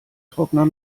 trockner